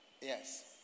Yes